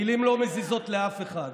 מילים לא מזיזות לאף אחד,